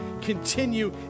continue